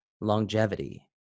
longevity